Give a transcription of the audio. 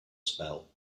spell